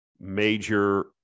major